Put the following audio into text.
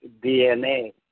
DNA